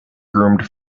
groomed